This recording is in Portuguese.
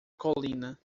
colina